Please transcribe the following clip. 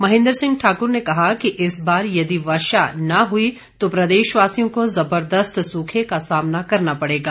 महेंद्र सिंह ठाकुर ने कहा कि इस बार यदि वर्षा न हुई तो प्रदेशवासियों को जबरदस्त सूखे का सामना करना पड़ेगा